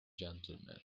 gentlemen